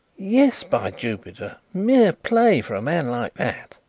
yes, by jupiter mere play for a man like that,